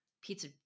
pizza